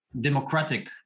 democratic